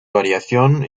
variación